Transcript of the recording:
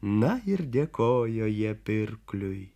na ir dėkojo jie pirkliui